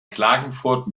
klagenfurt